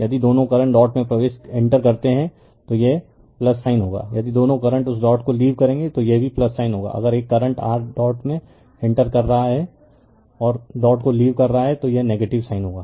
यदि दोनों current dot में इंटर करते हैं तो यह साइन होगा यदि दोनों करंट उस डॉट को लीव करेंगे तो यह भी साइन होगा अगर एक करंट r डॉट में इंटर कर रहा है और डॉट को लीव कर रहा है तो यह नेगेटिव साइन होगा